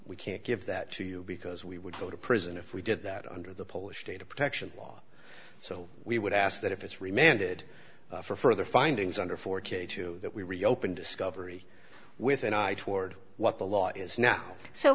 we can't give that to you because we would go to prison if we did that under the polish data protection law so we would ask that if it's remain ended for further findings under four k two that we reopen discovery with an eye toward what the law is now so